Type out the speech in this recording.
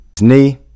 knee